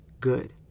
good